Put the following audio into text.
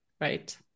Right